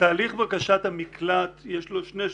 תהליך בקשת המקלט, יש לו שני שלבים.